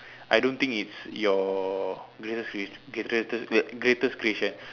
I don't think its your greatest creation